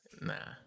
Nah